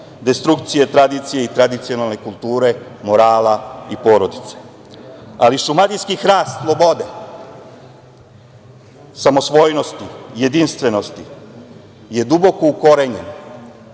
destrukcije tradicije i tradicionalne kulture, morala i porodice, ali šumadijski hrast slobode, samosvojnosti, jedinstvenosti je duboko u korenju,